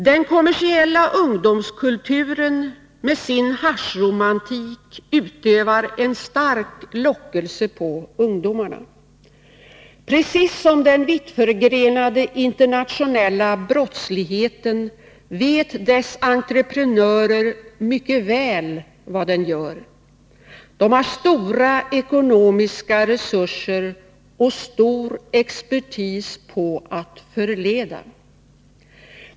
Den kommersiella ungdomskulturen med sin haschromantik utövar en stark lockelse på ungdomarna. Precis som i fråga om den vittförgrenade internationella brottsligheten vet dess entreprenörer mycket väl vad de gör. De har stora ekonomiska resurser och stor expertis när det gäller att förleda.